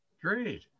Great